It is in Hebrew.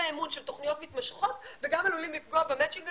באמון של תוכניות מתמשכות וגם עלולים לפגוע במצ'ינג הזה,